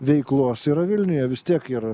veiklos yra vilniuje vis tiek ir